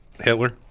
Hitler